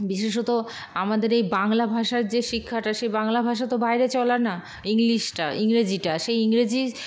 বিশেষত আমাদের এই বাংলা ভাষার যে শিক্ষাটা সেই বাংলা ভাষা তো বাইরে চলে না ইংলিশটা ইংরাজিটা সেই ইংরাজি